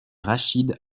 rachid